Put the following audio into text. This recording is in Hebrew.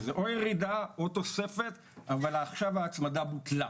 זה או ירידה או תוספת אבל עכשיו ההצמדה בוטלה,